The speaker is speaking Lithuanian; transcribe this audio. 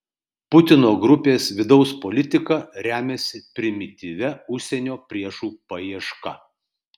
putino grupės vidaus politika remiasi primityvia užsienio priešų paieška